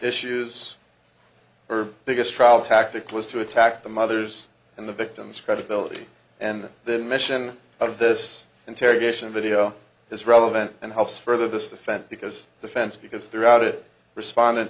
issues her biggest trial tactic was to attack the mothers and the victim's credibility and the mission of this interrogation video is relevant and helps further this defense because the fence because throughout it responde